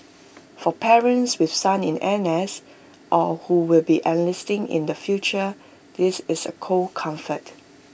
for parents with sons in N S or who will be enlisting in the future this is A cold comfort